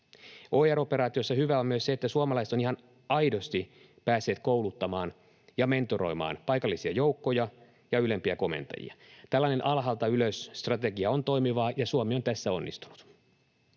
OIR-operaatiossa hyvää on myös se, että suomalaiset ovat ihan aidosti päässeet kouluttamaan ja mentoroimaan paikallisia joukkoja ja ylempiä komentajia. Tällainen alhaalta ylös ‑strategia on toimivaa, ja Suomi on tässä onnistunut.